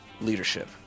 leadership